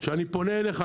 שאני פונה אליך,